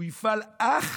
הוא יופעל אך